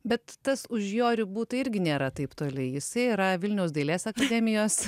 bet tas už jo ribų tai irgi nėra taip toli jisai yra vilniaus dailės akademijos